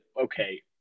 okay